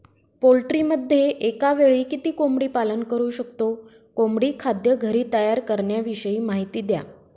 पोल्ट्रीमध्ये एकावेळी किती कोंबडी पालन करु शकतो? कोंबडी खाद्य घरी तयार करण्याविषयी माहिती द्या